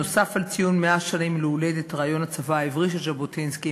נוסף על ציון 100 שנים להולדת רעיון "הצבא העברי" של ז'בוטינסקי,